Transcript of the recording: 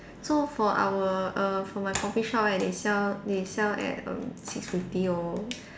so for our err for my coffee shop right they sell they sell at err six fifty O